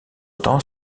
temps